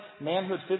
manhood